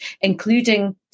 including